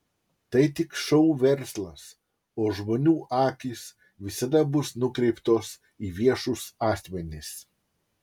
tai tik šou verslas o žmonių akys visada bus nukreiptos į viešus asmenis